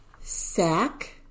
sack